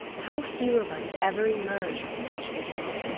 how few of us ever emerge from such beginning!